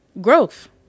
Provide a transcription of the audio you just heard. growth